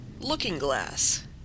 Looking-glass